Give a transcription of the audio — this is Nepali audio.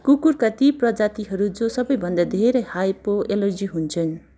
कुकुरका ती प्रजातिहरू जो सबैभन्दा धेरै हाइपो एलर्जी हुन्छन्